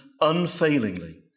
unfailingly